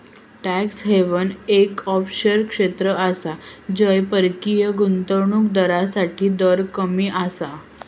tax haven एक offshore क्षेत्र आसा जय परकीय गुंतवणूक दारांसाठी दर कमी आसा